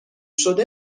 شده